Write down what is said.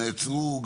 נעצרו,